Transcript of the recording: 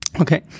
Okay